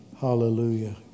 Hallelujah